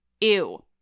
ew